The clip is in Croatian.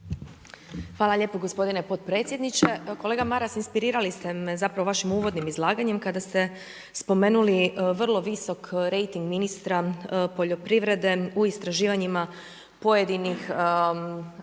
Hvala lijepo gospodine potpredsjedniče. Kolega Maras, inspirirali ste me zapravo vašim uvodnim izlaganjem kada ste spomenuli vrlo visok rejting ministra poljoprivrede u istraživanjima pojedinih